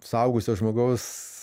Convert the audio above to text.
suaugusio žmogaus